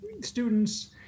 students